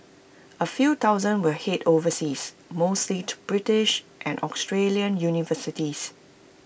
A few thousand will Head overseas mostly to British and Australian universities